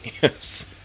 Yes